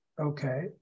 Okay